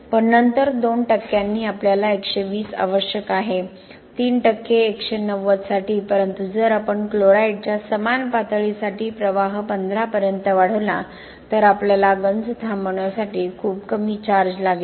पण नंतर 2 टक्क्यांनी आपल्याला 120 आवश्यक आहे 3 टक्के 190 साठी परंतु जर आपण क्लोराईडच्या समान पातळीसाठी प्रवाह 15 पर्यंत वाढवला तर आपल्याला गंज थांबवण्यासाठी खूप कमी चार्ज लागेल